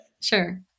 Sure